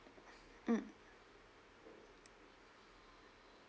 mm